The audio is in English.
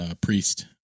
priest